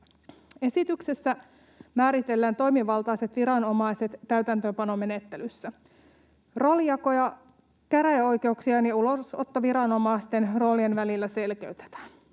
Esityksessä määritellään toimivaltaiset viranomaiset täytäntöönpanomenettelyssä. Roolijakoa käräjäoikeuksien ja ulosottoviranomaisten roolien välillä selkeytetään.